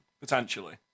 Potentially